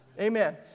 Amen